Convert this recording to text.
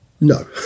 No